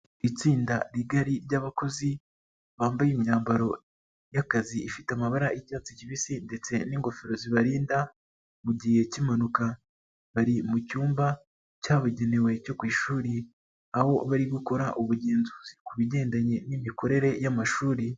Itsinda rigari rybakozi bambaye imyambaro y'akazi ifite amabara y'icyatsi kibisi ndetse ningofero zibarinda mu gihe cyimpanuka bari mucyumba cyabugenewe cyo ku ishuri aho bari gukora ubugenzuzi ku bijyandanye n'imikorere y'amashuri.